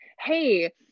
hey